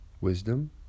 wisdom